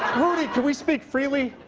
rudy, can we speak freely?